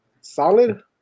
Solid